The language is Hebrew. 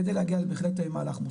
כדי להגיע בהחלט למהלך מוסכם.